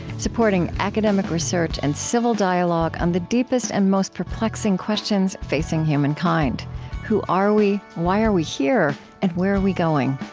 supporting academic research and civil dialogue on the deepest and most perplexing questions facing humankind who are we? why are we here? and where are we going?